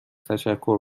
تشکر